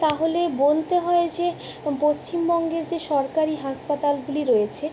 তাহলে বলতে হয় যে পশ্চিমবঙ্গের যে সরকারি হাসপাতালগুলি রয়েছে